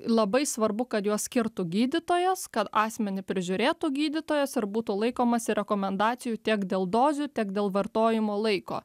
labai svarbu kad juos skirtų gydytojas kad asmenį prižiūrėtų gydytojas ir būtų laikomąsi rekomendacijų tiek dėl dozių tiek dėl vartojimo laiko